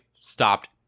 stopped